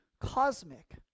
cosmic